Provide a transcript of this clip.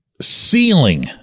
ceiling